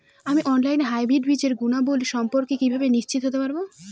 আমি অনলাইনে হাইব্রিড বীজের গুণাবলী সম্পর্কে কিভাবে নিশ্চিত হতে পারব?